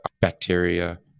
bacteria